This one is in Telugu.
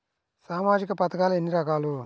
సామాజిక పథకాలు ఎన్ని రకాలు?